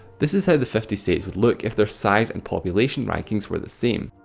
this is how the fifty states would look if their size and population rankings were the same.